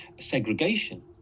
segregation